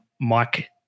mike